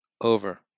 over